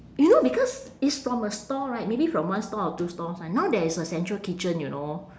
you know because it's from a stall right maybe from one stall or two stalls ah now there is a central kitchen you know